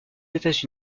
états